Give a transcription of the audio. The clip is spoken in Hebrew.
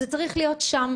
זה צריך להיות שם.